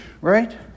right